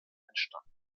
entstanden